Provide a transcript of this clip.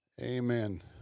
Amen